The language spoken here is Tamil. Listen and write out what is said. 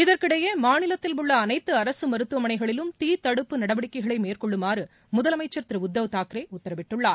இதற்கிடையேமாநிலத்தில் உள்ள அனைத்து அரசுமருத்துவமனைகளிலும் தீதடுப்பு நடவடிக்கைகளைமேற்கொள்ளுமாறுமுதலமைச்சர் திருஉத்தவ் தாக்கரேஉத்தரவிட்டுள்ளார்